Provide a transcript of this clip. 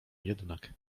jednak